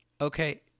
Okay